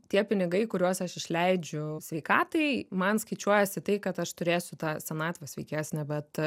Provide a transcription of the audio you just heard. tie pinigai kuriuos aš išleidžiu sveikatai man skaičiuojas į tai kad aš turėsiu tą senatvę sveikesnę bet